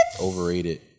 Overrated